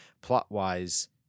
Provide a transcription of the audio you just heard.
plot-wise